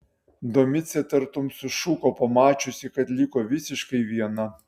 domicė tartum sušuko pamačiusi kad liko visiškai viena